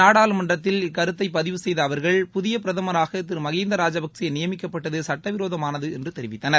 நாடாளுமன்றத்தில் இக்கருத்தை பதிவு செய்த அவர்கள் புதிய பிரதமராக திரு மகீந்தா ராஜபக்சே நியமிக்கப்பட்டது சுட்டவிரோதமானது என்று தெரிவித்தனர்